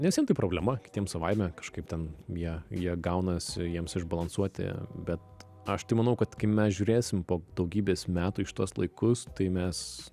ne visiem tai problema kitiem savaime kažkaip ten jie jie gaunasi jiems išbalansuoti bet aš tai manau kad kai mes žiūrėsim po daugybės metų į šituos laikus tai mes